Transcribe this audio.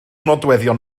nodweddion